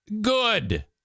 Good